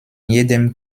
jedem